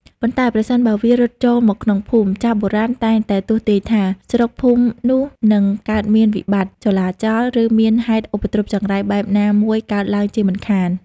ប៉ុន្តែ ប្រសិនបើវារត់ចូលមកក្នុងភូមិ ចាស់បុរាណតែងតែទស្សន៍ទាយថា ស្រុកភូមិនោះនិងកើតមានវិបត្តិ ចលាចល ឬមានហេតុឧបទ្រពចង្រៃបែបណាមួយកើតឡើងជាមិនខាន។